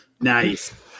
Nice